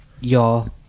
y'all